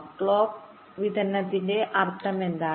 clock വിതരണത്തിന്റെ അർത്ഥമെന്താണ്